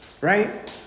Right